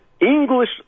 English